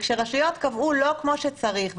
וכשרשויות קבעו לא כמו שצריך,